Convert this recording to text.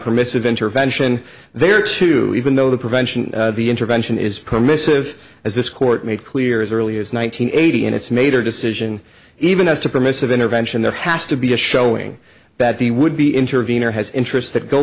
permissive intervention there too even though the prevention intervention is permissive as this court made clear as early as one nine hundred eighty and it's made a decision even as to permissive intervention there has to be a showing that the would be intervene or has interests that go